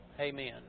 Amen